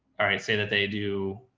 all right. say that they do.